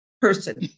Person